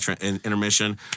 Intermission